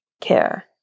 care